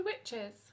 witches